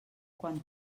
quan